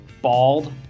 bald